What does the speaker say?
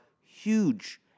huge